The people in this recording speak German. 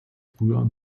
früher